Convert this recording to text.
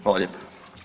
Hvala lijepo.